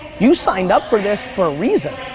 you signed up for this for a reason.